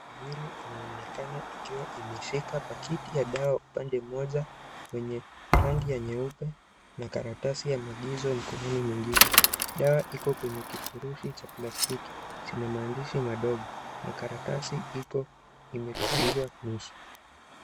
Mikono miwili inaonekana ikiwa imeshika paketi ya dawa upande mmoja wenye rangi ya nyeupe na karatasi ya maagizo mkono mwingine dawa iko kwenye kifurushi cha plastiki chenye maandishi madogo na karatasi iko imekunjwa nusu.